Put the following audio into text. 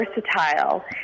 versatile